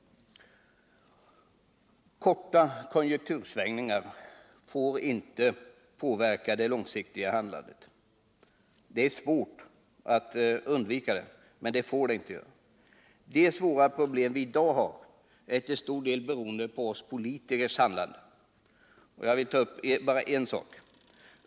Korta konjunktursvängningar får inte påverka det långsiktiga handlandet. Det är svårt att undvika, men det måste vi göra. De svåra problem vi i dag har beror till stor del på oss politiker och vårt handlande. Jag skall bara ta upp en sak.